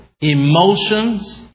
emotions